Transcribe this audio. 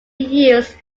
use